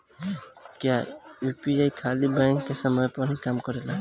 क्या यू.पी.आई खाली बैंक के समय पर ही काम करेला?